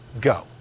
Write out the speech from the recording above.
go